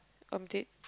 I'm dead